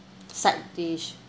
side dish